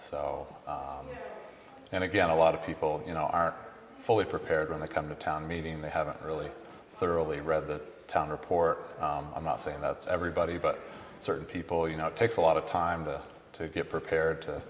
then again a lot of people you know are fully prepared when they come to town meeting they haven't really thoroughly read the town report i'm not saying that's everybody but certain people you know it takes a lot of time the to get prepared to